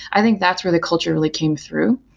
i think that's where the culture really came through.